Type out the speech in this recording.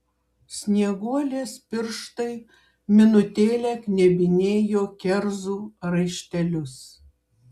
snieguolės pirštai minutėlę knebinėjo kerzų raištelius